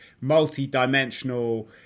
multi-dimensional